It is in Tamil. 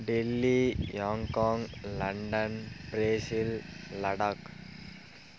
Delhi Hong Kong London Brazil Ladakh